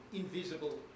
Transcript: invisible